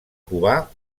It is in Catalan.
cubà